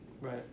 right